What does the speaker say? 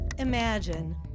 Imagine